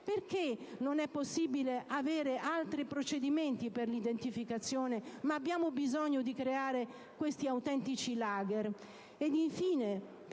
Perché non è possibile porre in essere altri procedimenti per l'identificazione, e abbiamo bisogno di creare questi autentici *lager*?